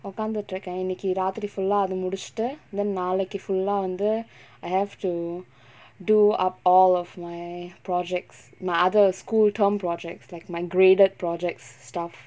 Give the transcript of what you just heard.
உக்காந்துட்டு இருக்க இன்னைக்கி ராத்திரி:ukkaanthuttu irukka innaikki raathiri full ah அது முடிச்சிட்டு:athu mudichittu then நாளைக்கு:naalaikku full ah வந்து:vanthu I have to do up all of my projects my other school term projects like my graded projects stuff